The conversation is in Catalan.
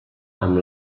amb